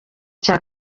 cya